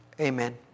Amen